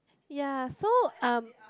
ya so um